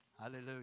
Hallelujah